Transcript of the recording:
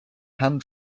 hand